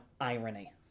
irony